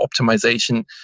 optimization